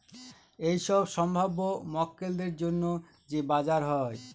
এইসব সম্ভাব্য মক্কেলদের জন্য যে বাজার হয়